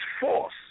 force